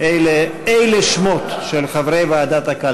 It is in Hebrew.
שיהיה בהצלחה.